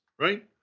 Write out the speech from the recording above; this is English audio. right